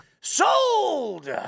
Sold